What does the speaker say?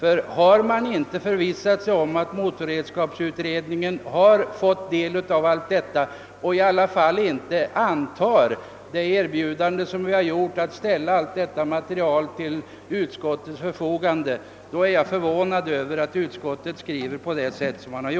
Om man inte kunnat förvissa sig om att utredningen fått del av detta material och ändå inte antar det erbjudande vi gjort att ställa materialet till utskottets förfogande, är jag förvånad över att utskottet skriver på sätt som skett.